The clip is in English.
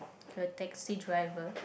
a taxi driver